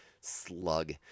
slug